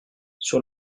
sur